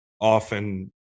often